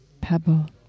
pebble